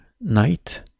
night